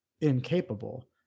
incapable